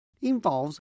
involves